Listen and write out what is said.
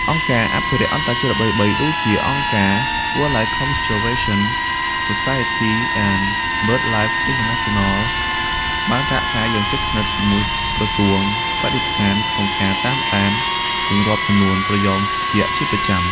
អង្គការអភិរក្សអន្តរជាតិល្បីៗដូចជា អង្គការ Wildlife Conservation Society និង BirdLife International បានសហការយ៉ាងជិតស្និទ្ធជាមួយ ក្រសួងបរិស្ថាន ក្នុងការតាមដាន និងរាប់ចំនួនត្រយងយក្សជាប្រចាំ។